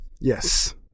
Yes